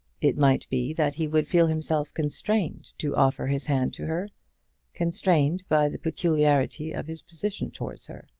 it might be that he would feel himself constrained to offer his hand to her constrained by the peculiarity of his position towards her.